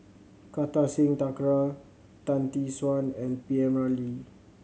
Kartar Singh Thakral Tan Tee Suan and P M Ramlee